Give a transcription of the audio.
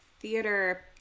theater